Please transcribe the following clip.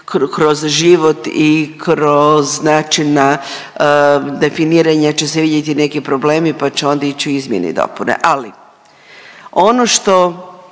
kroz život i kroz način na definiranje će se vidjeti neki problemi pa će onda ići u izmjene i dopune. Ali ono što